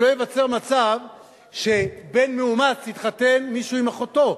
שלא ייווצר מצב שבן מאומץ, יתחתן מישהו עם אחותו,